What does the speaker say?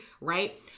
right